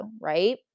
right